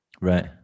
right